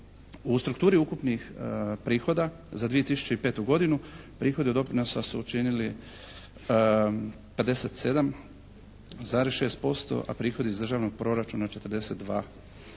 U strukturi ukupnih prihoda za 2005. godinu prihodi od doprinosa su učinili 57,6% a prihodi iz državnog proračuna 42,1